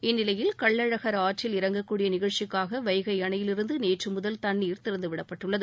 இந்நிலையில் கள்ளழகர் ஆற்றில் இறங்கக்கூடிய நிகழ்ச்சிக்காக வைகை அணையிலிருந்து நேற்று முதல் தண்ணீர் திறந்துவிடப்பட்டுள்ளது